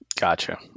Gotcha